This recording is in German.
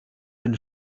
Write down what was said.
den